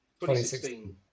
2016